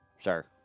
Sure